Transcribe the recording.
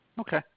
Okay